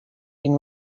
been